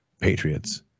patriots